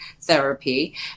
therapy